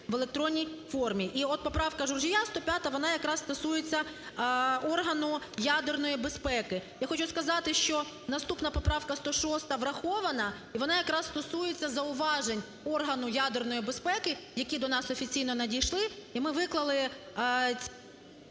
в електронній формі. І от поправка Журжія 105 вона якраз стосується органу ядерної безпеки. Я хочу сказати, що наступна поправка 106 врахована і вона якраз стосується зауважень органу ядерної безпеки, які до нас офіційно надійшли і ми викликали…